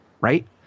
right